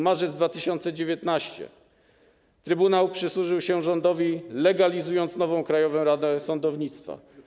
Marzec 2019 r., trybunał przysłużył się rządowi, legalizując nową Krajową Radę Sądownictwa.